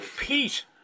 Pete